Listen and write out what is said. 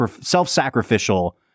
self-sacrificial